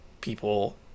people